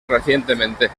recientemente